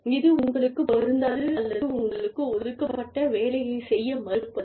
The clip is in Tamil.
இது உங்களுக்குப் பொருந்தாது அல்லது உங்களுக்கு ஒதுக்கப்பட்ட வேலையைச் செய்ய மறுப்பது